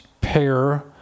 pair